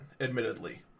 admittedly